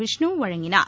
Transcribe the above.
விஷ்ணு வழங்கினார்